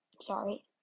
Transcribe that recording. Sorry